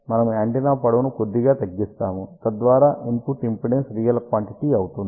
మనము యాంటెన్నా పొడవును కొద్దిగా తగ్గిస్తాము తద్వారా ఇన్పుట్ ఇంపిడెన్స్ రియల్ క్వాంటిటి అవుతుంది